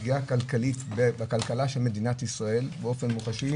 פגיעה כלכלית בכלכלה של מדינת ישראל באופן מוחשי,